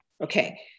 Okay